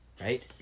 right